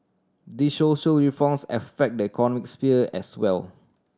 they social reforms affect the economic sphere as well